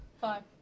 five